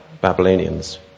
Babylonians